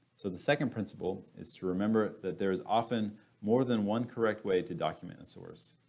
so the second principle is to remember that there is often more than one correct way to document a source.